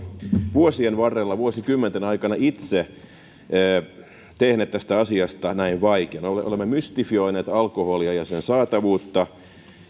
vuosien varrella vuosikymmenten aikana itse tehneet tästä asiasta näin vaikean olemme mystifioineet alkoholia ja sen saatavuutta